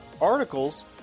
articles